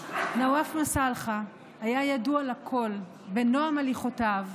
נואף מסאלחה היה ידוע לכול בנועם הליכותיו,